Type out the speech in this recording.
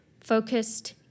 focused